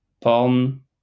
palm